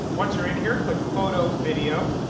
once you're in here click photo video.